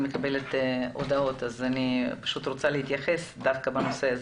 מקבלת הודעות אז אני פשוט רוצה להתייחס לנושא הזה.